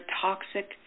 toxic